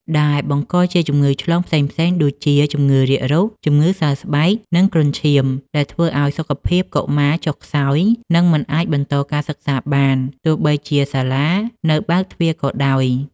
ដែលបង្កជាជំងឺឆ្លងផ្សេងៗដូចជា ជំងឺរាគរូស ជំងឺសើស្បែក និងគ្រុនឈាម ដែលធ្វើឱ្យសុខភាពកុមារចុះខ្សោយ និងមិនអាចបន្តការសិក្សាបាន ទោះបីជាសាលានៅបើកទ្វារក៏ដោយ។